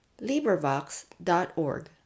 LibriVox.org